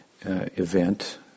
Event